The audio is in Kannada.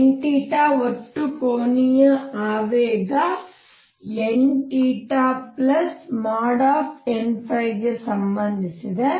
n ಒಟ್ಟು ಕೋನೀಯ ಆವೇಗ nn ಗೆ ಸಂಬಂಧಿಸಿದೆ